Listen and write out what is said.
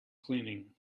cleaning